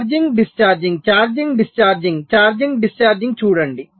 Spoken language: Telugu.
charging discharging charging discharging charging discharging చూడండి